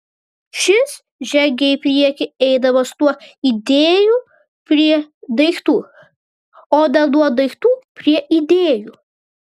šis žengia į priekį eidamas nuo idėjų prie daiktų o ne nuo daiktų prie idėjų